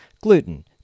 Gluten